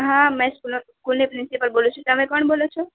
હાં મેં સ્કૂલનો ની પ્રિન્સિપાલ બોલું છું તમે કોણ બોલો છો